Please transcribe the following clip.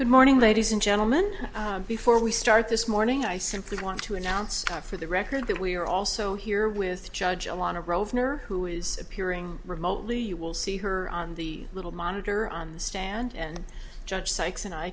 good morning ladies and gentlemen before we start this morning i simply want to announce for the record that we are also here with judge ilana grosvenor who is appearing remotely you will see her on the little monitor on the stand and judge sykes and i